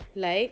like